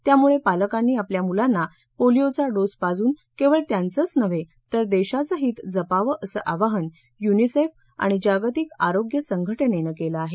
त्यामुळे पालकांनी आपल्या मुलांना पोलिओचा डोस पाजून केवळ त्यांचंच नव्हे तर देशाचं हित जपावं असं आवाहन युनिसेफ आणि जागतिक आरोग्य संघटनेनं केलं आहे